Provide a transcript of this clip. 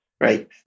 Right